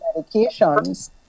medications